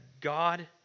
God